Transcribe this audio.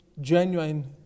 genuine